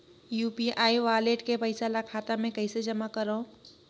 UPI wallet के पईसा ल खाता मे कइसे जमा करव?